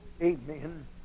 Amen